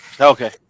Okay